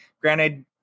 Granted